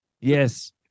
Yes